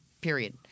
Period